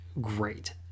great